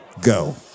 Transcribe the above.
go